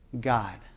God